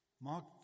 Mark